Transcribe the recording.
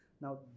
Now